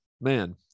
Man